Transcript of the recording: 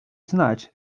znać